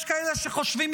יש כאלה שחושבים,